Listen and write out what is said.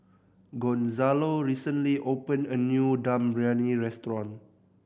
Gonzalo recently opened a new Dum Briyani restaurant